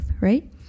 right